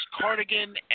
cardigan